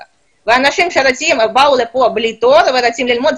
אנשים שבאו לכאן בלי תואר ורוצים ללמוד,